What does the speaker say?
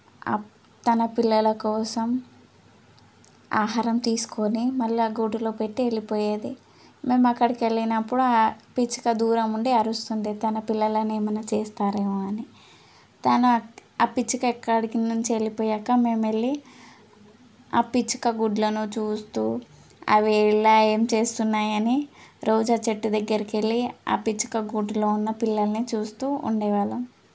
తన పిల్లల కోసం ఆహారం తీసుకోని మళ్ళీ గూటిలో పెట్టి వెళ్ళిపోయేది మేము అక్కడికి వెళ్ళినప్పుడు ఆ పిచ్చుక దూరం ఉండి అరుస్తుంది తన పిల్లలని ఏమన్నా చేస్తారేమో అని తన ఆ పిచ్చుక అక్కడి నుంచి వెళ్ళిపోయాక మేము వెళ్ళి ఆ పిచ్చుక గుడ్లను చూస్తూ అవి ఇలా ఏమి చేస్తున్నాయి అని రోజు ఆ చెట్టు దగ్గరికి వెళ్ళి ఆ పిచ్చుక గూటిలో ఉన్న పిల్లల్ని చూస్తూ ఉండేవాళ్ళం